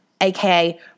aka